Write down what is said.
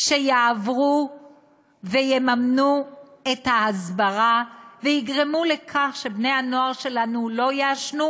שיעברו ויממנו את ההסברה ויגרמו לכך שבני-הנוער שלנו לא יעשנו.